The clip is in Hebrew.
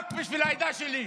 רק בשביל העדה שלי.